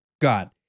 God